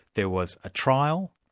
there was a trial.